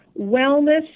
wellness